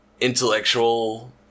intellectual